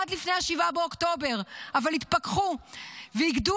עד לפני 7 באוקטובר אבל התפכחו ואיגדו